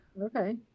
okay